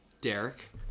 Derek